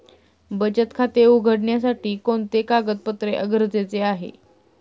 बचत खाते उघडण्यासाठी कोणते कागदपत्रे गरजेचे आहे?